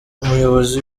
umuyobozi